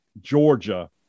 Georgia